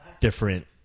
different